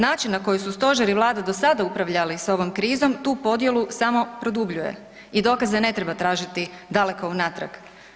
Način na koji su stožer i Vlada do sada upravljali s ovom krizom, tu podjelu samo produbljuje i dokaze ne treba tražiti daleko unatrag.